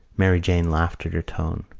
mary jane laughed at her tone.